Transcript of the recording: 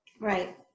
Right